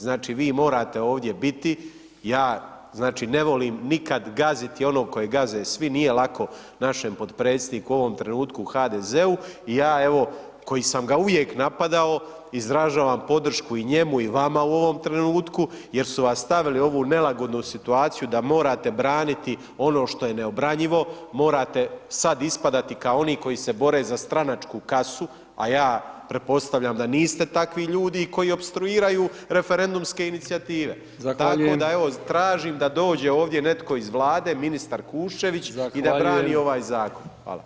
Znači, vi morate ovdje biti, ja znači ne volim nikad gaziti onog kojeg gaze svi, nije lako našem potpredsjedniku u ovom trenutku u HDZ-u i ja evo, koji sam ga uvijek napadao, izražavam podršku i njemu i vama u ovom trenutku jer su vas stavili u ovu nelagodnu situaciju da morate braniti ono što je neobranjivo, morate sad ispadati kao oni koji se bore za stranačku kasu, a ja pretpostavljam da niste takvi ljudi koji opstruiraju referendumske inicijative [[Upadica: Zahvaljujem.]] tako da evo tražim da dođe ovdje netko iz Vlade, ministar Kuščević [[Upadica: Zahvaljujem.]] i da brani ovaj zakon.